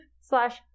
slash